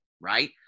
right